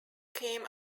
came